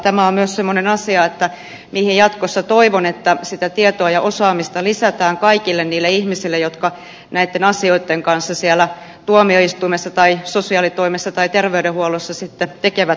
tämä on myös semmoinen asia mihin jatkossa toivon sitä tietoa ja osaamista lisättävän kaikille niille ihmisille jotka näitten asioitten kanssa siellä tuomioistuimessa tai sosiaalitoimessa tai terveydenhuollossa tekevät töitä